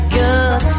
good